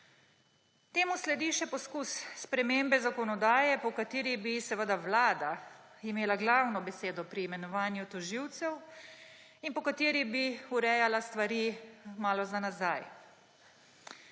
Temu sledi še poizkus spremembe zakonodaje, po kateri bi seveda vlada imela glavno besedo pri imenovanju tožilcev in po kateri bi urejala stvari malo za nazaj.